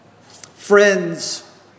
Friends